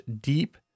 deep